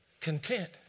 content